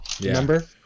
Remember